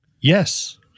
Yes